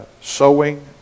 sowing